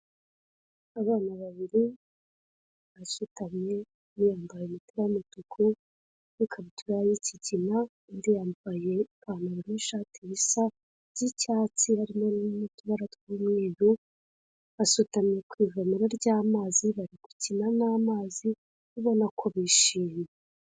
Abana babiri barasutamye biyambaye imipira y'umutuku n'ikabutura y'ikigina, undi yambaye ipantaro n'ishati bisa by'icyatsi harimo n'utubara tw'umweru asutamye ku ivomera ry'amazi bari gukina n'amazi ubona ko bishimye.